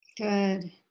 Good